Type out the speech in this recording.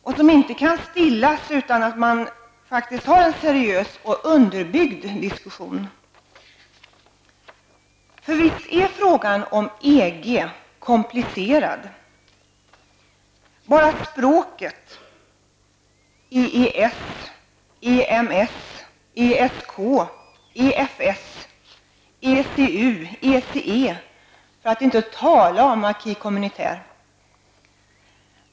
Den kan inte stillas utan seriös och underbyggd diskussion. Frågan om EG är komplicerad. Det räcker med att titta på språket: EES, EMS, ESK, EFS, ECU, ECE för att inte tala om acquis communautaire.